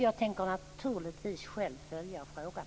Jag tänker naturligtvis också själv följa frågan.